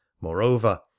Moreover